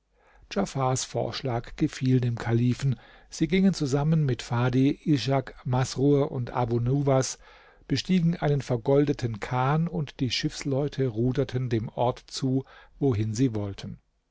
vorschlag gefiel dem kalifen sie gingen zusammen mit fadhl ishak masrur und abu nuwas bestiegen einen vergoldeten kahn und die schiffsleute ruderten dem ort zu wohin sie wollten